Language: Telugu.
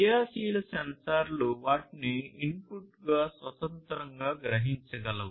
క్రియాశీల సెన్సార్లు వాటిని ఇన్పుట్ను స్వతంత్రంగా గ్రహించగలవు